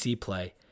play